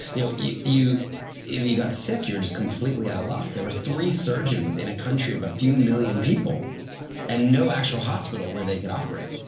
you know you you got sick you were just completely out of luck. there were three surgeons in a country of a few million people and no actual hospital where they could operate.